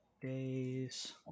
days